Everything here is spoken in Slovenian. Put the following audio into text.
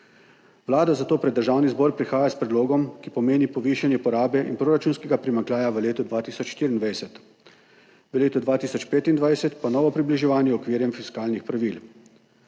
Vlada zato pred Državni zbor prihaja s predlogom, ki pomeni povišanje porabe in proračunskega primanjkljaja v letu 2024, v letu 2025 pa novo približevanje okvirjem fiskalnih pravil.